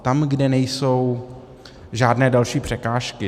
Tam, kde nejsou žádné další překážky.